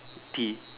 tea